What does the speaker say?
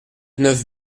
neuf